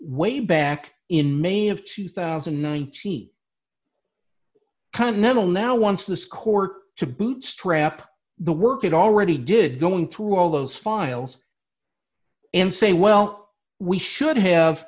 way back in may of two thousand and nineteen continental now wants this court to bootstrap the work it already did go into all those files and say well we should have